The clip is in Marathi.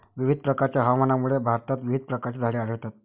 विविध प्रकारच्या हवामानामुळे भारतात विविध प्रकारची झाडे आढळतात